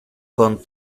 con